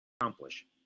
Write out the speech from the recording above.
accomplish